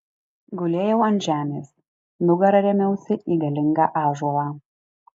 gulėjau ant žemės nugara rėmiausi į galingą ąžuolą